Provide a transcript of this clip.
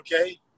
okay